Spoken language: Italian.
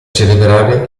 celebrare